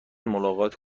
ملاقات